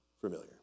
Familiar